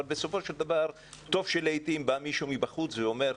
בסופו של דבר טוב שלעתים בא מישהו מבחוץ ואומר,